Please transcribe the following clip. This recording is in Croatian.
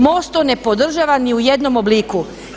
MOST to ne podržava ni u jednom obliku.